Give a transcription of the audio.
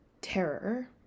terror